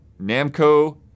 Namco